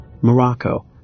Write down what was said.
Morocco